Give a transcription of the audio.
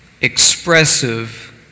expressive